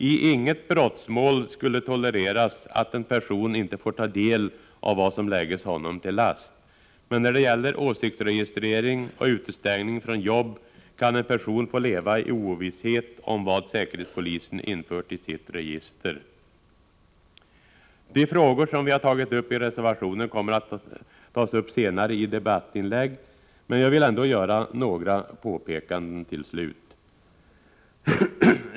I inget brottmål skulle tolereras att en person inte får ta del av vad som lägges honom till last. Men när det gäller åsiktsregistrering och utestängning från jobb kan en person få leva i ovisshet om vad säkerhetspolisen har infört i sitt register. De frågor vi har tagit upp i reservationerna kommer att behandlas i senare debattinlägg, men jag vill ändå göra några påpekanden.